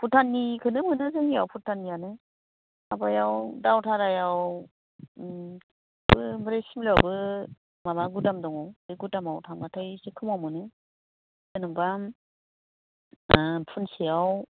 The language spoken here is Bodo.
भुटाननिखौनो मोनो जोंनिआव भुटाननियानो माबायाव दावथारायाव उम बो सिमलायावबो माबा गुदाम दङ बे गुदामाव थांबाथाय एसे खमाव मोनो जेनोबा फुनसेयाव